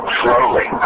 slowly